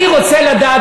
אני רוצה לדעת,